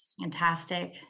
fantastic